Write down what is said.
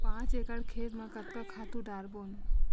पांच एकड़ खेत म कतका खातु डारबोन?